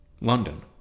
London